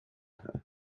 her